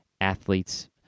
athletes